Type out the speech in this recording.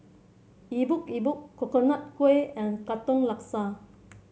Epok Epok Coconut Kuih and Katong Laksa